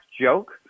joke